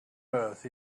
earth